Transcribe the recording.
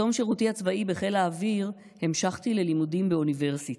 בתום שירותי הצבאי בחיל האוויר המשכתי ללימודים באוניברסיטה.